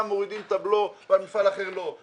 מורידים את הבלו ועל מפעל אחר לא?